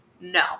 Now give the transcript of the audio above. no